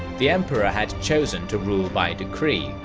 the emperor had chosen to rule by decree,